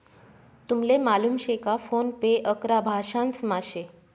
तुमले मालूम शे का फोन पे अकरा भाषांसमा शे